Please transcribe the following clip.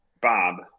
Bob